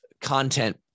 content